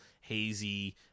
hazy